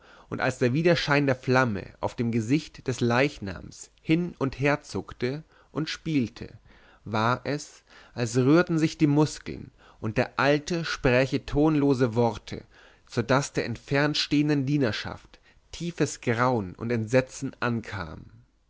und als der widerschein der flamme auf dem gesicht des leichnams hin und her zuckte und spielte war es als rührten sich die muskeln und der alte spräche tonlose worte so daß der entfernt stehenden dienerschaft tiefes grauen und entsetzen ankam